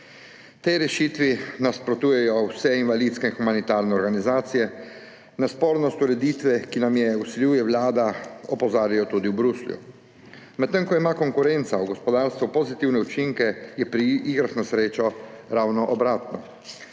Tej rešitvi nasprotujejo vse invalidske in humanitarne organizacije, na spornost ureditve, ki nam jo vsiljuje Vlada, opozarjajo tudi v Bruslju. Medtem ko ima konkurenca v gospodarstvu pozitivne učinke, je pri igrah na srečo ravno obratno.